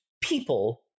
people